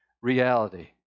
reality